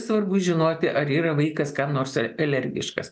svarbu žinoti ar yra vaikas kam nors a alergiškas